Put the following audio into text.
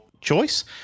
choice